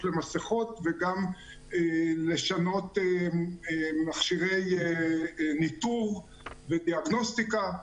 למסכות וגם לשנות מכשירי ניטור ודיאגנוסטיקה.